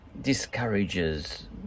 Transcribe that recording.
discourages